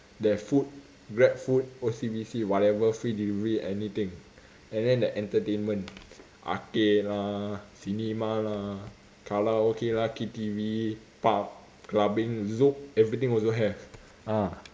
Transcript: there's food grabfood O_C_B_C whatever free delivery anything and then the entertainment arcade lah cinema lah karaoke lah K_T_V pub clubbing zouk everything also have ah